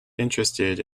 interested